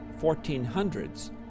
1400s